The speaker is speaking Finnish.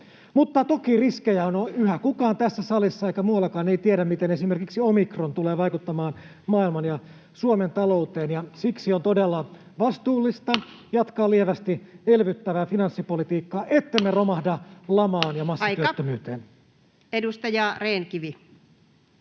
toki riskejä on yhä. Kukaan tässä salissa eikä muuallakaan tiedä, miten esimerkiksi omikron tulee vaikuttamaan maailman ja Suomen talouteen, ja siksi on todella vastuullista jatkaa lievästi elvyttävää finanssipolitiikkaa, ettemme romahda lamaan ja massatyöttömyyteen. [Puhemies: Aika!] Edustaja Rehn-Kivi.